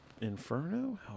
Inferno